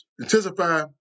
intensify